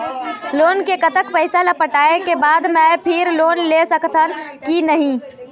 Loan के कतक पैसा ला पटाए के बाद मैं फिर लोन ले सकथन कि नहीं?